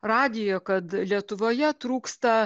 radijo kad lietuvoje trūksta